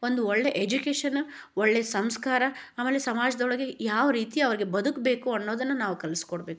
ಒಂದು ಒಳ್ಳೆಯ ಎಜುಕೇಶನ್ ಒಳ್ಳೆಯ ಸಂಸ್ಕಾರ ಆಮೇಲೆ ಸಮಾಜದೊಳಗೆ ಯಾವ ರೀತಿ ಅವ್ರಿಗೆ ಬದುಕಬೇಕು ಅನ್ನೋದನ್ನು ನಾವು ಕಲಿಸ್ಕೊಡ್ಬೇಕು